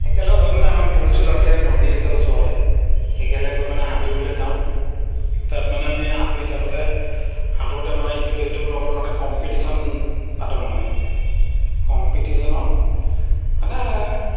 একেলগে গৈ মানে আমাৰ পুল চুল আছে নদী আছে ওচৰতে একেলগে গৈ মানে সাঁতুৰিবলৈ যাওঁ তাত মানে আমি সাঁতুৰি থাকোঁতে সাঁতোৰোঁতে মানে ইটোৱে সিটোৰ লগত মানে কম্পিটিশ্যন পাতোঁ মানে কম্পিটিশ্যনত মানে